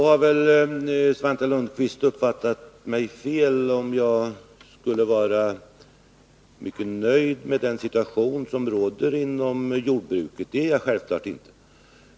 Herr talman! Svante Lundkvist har uppfattat mig fel, om han menar att jag Torsdagen den skulle vara mycket nöjd med den situation som råder inom jordbruket — det 25 mars 1982 är jag självfallet inte.